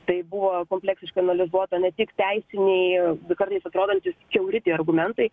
tai buvo kompleksiškai analizuota ne tik teisinėj kartais atrodantys kiauri tie argumentai